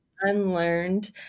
unlearned